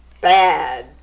bad